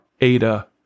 Ada